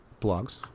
blogs